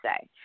say